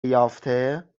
یافته